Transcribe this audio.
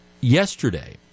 Yesterday